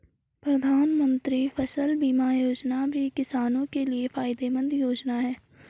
प्रधानमंत्री बीमा फसल योजना भी किसानो के लिये फायदेमंद योजना है